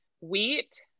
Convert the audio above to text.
wheat